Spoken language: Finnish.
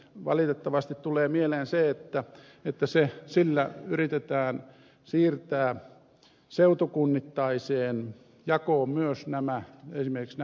valitettavasti tulee vielä se että sillä yritetään siirtää seutukunnittaiseen jakoon myös esimerkiksi te toimistopalvelut